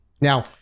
Now